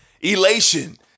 elation